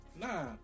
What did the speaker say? Nah